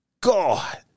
God